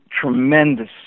Tremendous